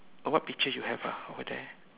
what picture you have ah over there